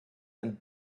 and